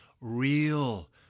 real